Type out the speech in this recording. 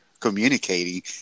communicating